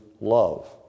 love